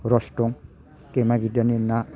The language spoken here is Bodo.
रस दं दैमा गिदिरनि ना